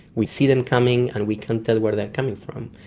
we see them coming and we can't tell where they are coming from.